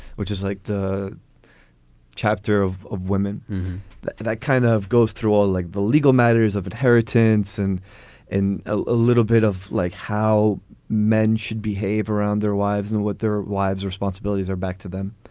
which is like the chapter of of women that that kind of goes through all like the legal matters of inheritance. and in a little bit of like how men should behave around their wives and what their wives responsibilities are back to them.